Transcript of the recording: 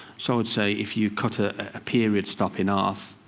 so and say if you cut a ah period stop in ah half,